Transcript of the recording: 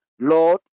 Lord